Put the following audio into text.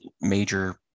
major